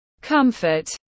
comfort